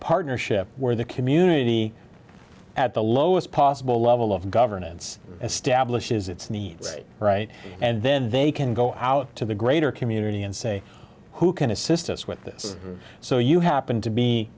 partnership where the community at the lowest possible level of governance establishes its needs right and then they can go out to the greater community and say who can assist us with this so you happen to be